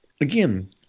again